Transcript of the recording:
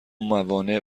موانع